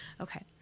Okay